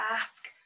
ask